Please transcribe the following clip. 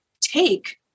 take